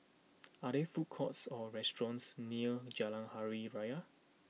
are there food courts or restaurants near Jalan Hari Raya